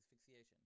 asphyxiation